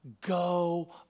go